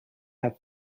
have